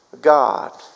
God